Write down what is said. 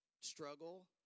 struggle